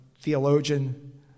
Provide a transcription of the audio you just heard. theologian